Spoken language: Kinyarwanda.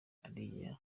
uriya